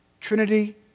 Trinity